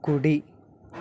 కుడి